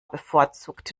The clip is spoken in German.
bevorzugt